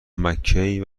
مککی